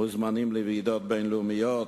מוזמנים לוועידות בין-לאומיות,